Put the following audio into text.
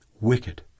wicked